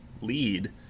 lead